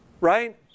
Right